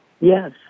Yes